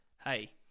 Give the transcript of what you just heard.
hey